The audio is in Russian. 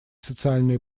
социальные